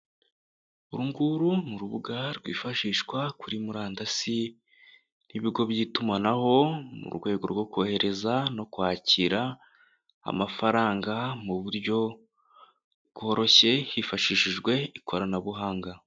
Uru nguru ni urubuga rwifashishwa kuri murandasi n'ibigo by'itumanaho, mu rwego rwo kohereza no kwakira amafaranga, mu buryo bworoshye hifashishijwe ikoranabuhanga.